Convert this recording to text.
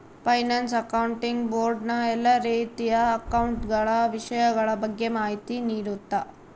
finance accounting board ನ ಎಲ್ಲಾ ರೀತಿಯ ಅಕೌಂಟ ಗಳ ವಿಷಯಗಳ ಬಗ್ಗೆ ಮಾಹಿತಿ ನೀಡುತ್ತ